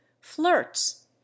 flirts